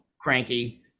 cranky